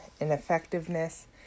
ineffectiveness